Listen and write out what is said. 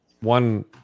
one